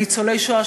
ניצולי השואה,